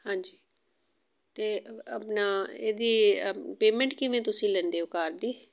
ਹਾਂਜੀ ਅਤੇ ਆਪਣਾ ਇਹਦੀ ਪੇਮੈਂਟ ਕਿਵੇਂ ਤੁਸੀਂ ਲੈਂਦੇ ਹੋ ਕਾਰ ਦੀ